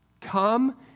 Come